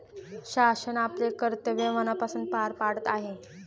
शासन आपले कर्तव्य मनापासून पार पाडत आहे